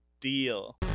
deal